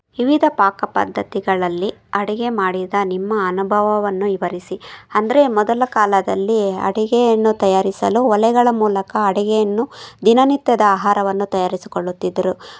ವಿವಿಧ ಪಾಕ ಪದ್ಧತಿಗಳಲ್ಲಿ ಅಡಿಗೆ ಮಾಡಿದ ನಿಮ್ಮ ಅನುಭವವನ್ನು ವಿವರಿಸಿ ಅಂದ್ರೆ ಮೊದಲ ಕಾಲದಲ್ಲಿ ಅಡಿಗೆಯನ್ನು ತಯಾರಿಸಲು ಒಲೆಗಳ ಮೂಲಕ ಅಡಿಗೆಯನ್ನು ದಿನನಿತ್ಯದ ಆಹಾರವನ್ನು ತಯಾರಿಸಿಕೊಳ್ಳುತ್ತಿದ್ದರು